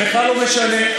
בכלל לא משנה,